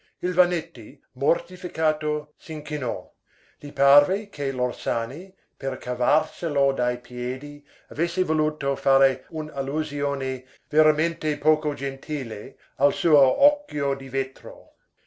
vannetti mortificato s'inchinò gli parve che l'orsani per cavarselo dai piedi avesse voluto fare un'allusione veramente poco gentile al suo occhio di vetro